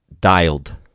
dialed